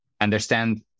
understand